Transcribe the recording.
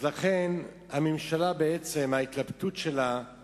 הממשלה, ההתלבטות שלה היא